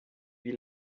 wie